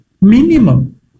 Minimum